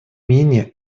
менее